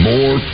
More